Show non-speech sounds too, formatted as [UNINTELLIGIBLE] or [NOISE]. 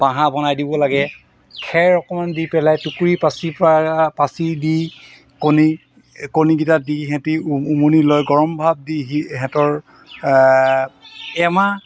বাঁহ বনাই দিব লাগে খেৰ অকণমান দি পেলাই টুকুৰি পাচিৰপৰা পাচি দি কণী কণীকেইটা দি সিহঁতি উমনি লয় গৰম ভাব দি [UNINTELLIGIBLE] সিহঁতৰ এমাহ